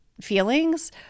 feelings